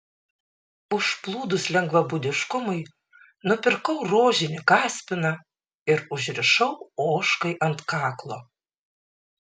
užplūdus lengvabūdiškumui nupirkau rožinį kaspiną ir užrišau ožkai ant kaklo